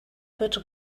better